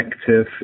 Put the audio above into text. active